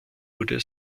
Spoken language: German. wurde